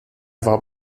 war